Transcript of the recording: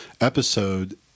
episode